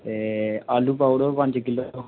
ते आलू पाई ओड़ो पंज किलो